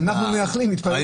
יש לנו כבר